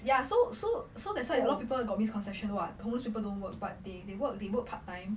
ya so so so that's why a lot of people got misconception [what] most people don't work but they they work they work part time